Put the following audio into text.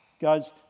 Guys